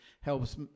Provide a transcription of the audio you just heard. helps